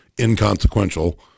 inconsequential